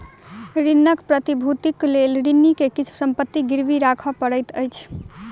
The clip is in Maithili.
ऋणक प्रतिभूतिक लेल ऋणी के किछ संपत्ति गिरवी राखअ पड़ैत अछि